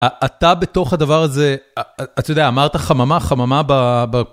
אתה בתוך הדבר הזה, אתה יודע, אמרת חממה, חממה ב...